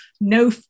No